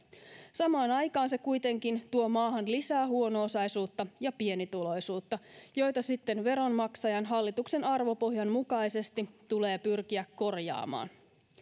samaan aikaan se kuitenkin tuo maahan lisää huono osaisuutta ja pienituloisuutta joita sitten veronmaksajan hallituksen arvopohjan mukaisesti tulee pyrkiä korjaamaan